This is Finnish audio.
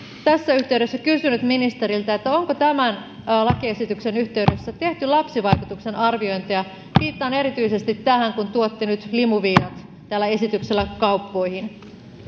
tässä yhteydessä kysynyt ministeriltä onko tämän lakiesityksen yhteydessä tehty lapsivaikutusten arviointia viittaan erityisesti tähän kun tuotte nyt limuviinat tällä esityksellä kauppoihin